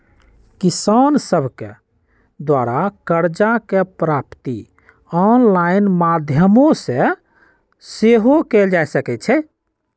किसान सभके द्वारा करजा के प्राप्ति ऑनलाइन माध्यमो से सेहो कएल जा सकइ छै